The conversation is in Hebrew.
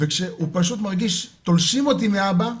וכשהוא פשוט מרגיש תולשים אותי מהאבא,